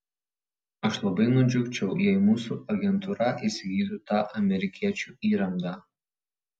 aš labai nudžiugčiau jei mūsų agentūra įsigytų tą amerikiečių įrangą